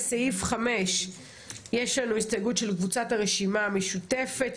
סעיף 5 הסתייגות של הרשימה המשותפת.